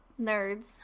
Nerds